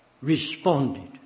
responded